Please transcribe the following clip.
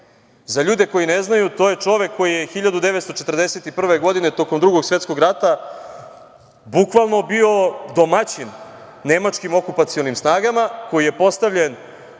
za ljude koji ne znaju to je čovek koji je 1941. godine, tokom Drugog svetskog rata, bukvalno bio domaćin nemačkim okupacionim snagama koji je postavljen